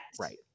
right